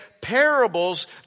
Parables